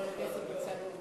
חבר הכנסת ניצן הורוביץ,